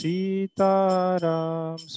Sitaram